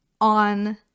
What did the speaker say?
on